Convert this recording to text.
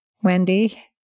Wendy